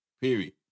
Period